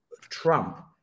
Trump